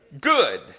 good